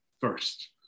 first